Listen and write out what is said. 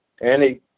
Annie